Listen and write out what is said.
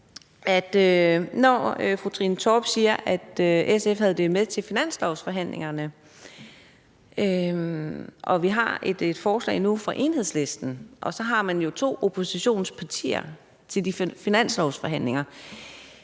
når fru Trine Torp siger, at SF havde det med til finanslovforhandlingerne, og vi nu har et forslag fra Enhedslisten, og der er to oppositionspartier med til de finanslovforhandlinger,